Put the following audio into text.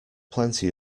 plenty